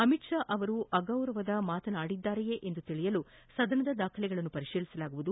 ಅಮಿತ್ ಷಾ ಅವರು ಅಗೌರವದ ಮಾತಾಡಿದ್ದಾರೆಯೇ ಎಂದು ತಿಳಿಯಲು ಸದನದ ದಾಖಲೆಗಳನ್ನು ಪರಿತೀಲಿಸಲಾಗುವುದು